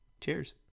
cheers